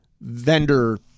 vendor